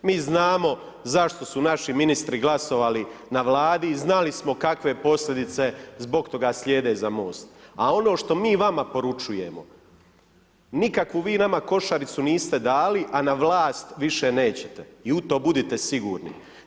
Mi znamo zašto su naši ministri glasovali na Vladi i znali smo kakve posljedice zbog toga slijede za MOST, a ono što mi vama poručujemo, nikakvu vi nama košaricu niste dali, a na vlast više nećete, i u to budite sigurni.